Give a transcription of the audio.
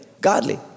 godly